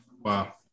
Wow